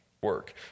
work